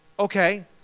Okay